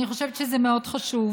אני חושבת שזה מאוד חשוב.